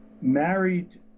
married